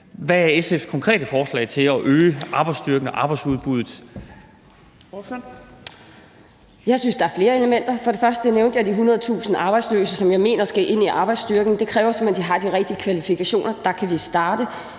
Ordføreren. Kl. 13:05 Pia Olsen Dyhr (SF): Jeg synes, der er flere elementer. For det første nævnte jeg de 100.000 arbejdsløse, som jeg mener skal ind i arbejdsstyrken. Det kræver simpelt hen, at de har de rigtige kvalifikationer. Der kan vi starte.